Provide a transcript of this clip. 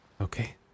Okay